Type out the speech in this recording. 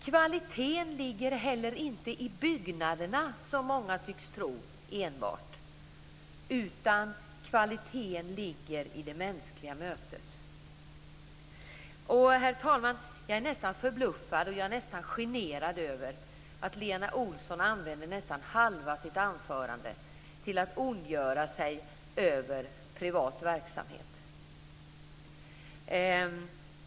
Kvaliteten ligger heller inte enbart i byggnaderna, som många tycks tro, utan kvaliteten ligger i det mänskliga mötet. Herr talman! Jag är nästan förbluffad och nästan generad över att Lena Olsson använde nästan halva sitt anförande till att ondgöra sig över privat verksamhet.